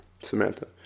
Samantha